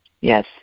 Yes